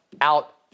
out